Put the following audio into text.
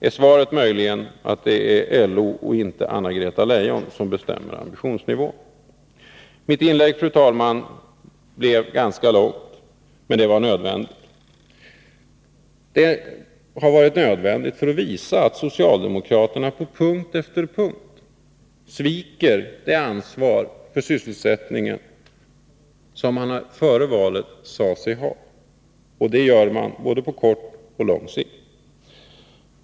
Är svaret möjligen att det är LO och inte Anna-Greta Leijon som bestämmer ambitionsnivån? Mitt inlägg, fru talman, blev ganska långt, men det har varit nödvändigt för att visa att socialdemokraterna på punkt efter punkt sviker det ansvar för sysselsättningen som de före valet sade sig ha, och det gör de både på kort och på lång sikt.